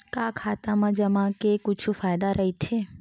का खाता मा जमा के कुछु फ़ायदा राइथे?